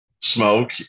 smoke